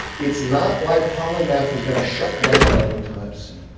it's not like polymath is going to shut down anytime soon,